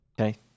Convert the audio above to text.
Okay